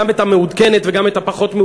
גם את המעודכנת וגם את הפחות-מעודכנת.